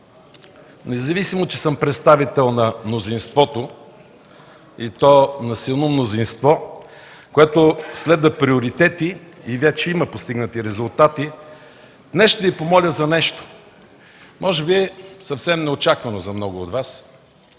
Независимо че съм представител на мнозинството и то на силно мнозинство, което следва приоритети и вече има постигнати резултати, днес ще Ви помоля за нещо, може би съвсем неочаквано за много от Вас.